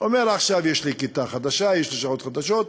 אומר: עכשיו, יש לי כיתה חדשה, יש לי שעות חדשות.